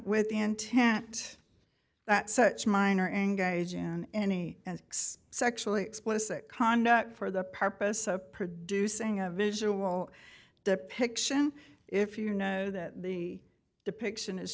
with intent that such minor engage in any and sexually explicit conduct for the purpose of producing a visual depiction if you know that the depiction is